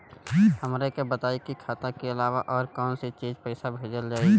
हमरा के बताई की खाता के अलावा और कौन चीज से पइसा भेजल जाई?